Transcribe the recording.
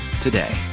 today